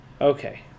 okay